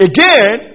Again